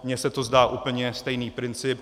Mně se to zdá úplně stejný princip.